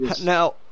Now